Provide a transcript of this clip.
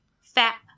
Fat